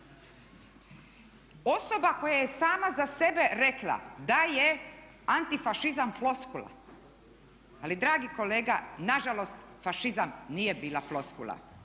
Osoba koja je sama za sebe rekla da je antifašizam floskula ali dragi kolega nažalost fašizam nije bila floskula.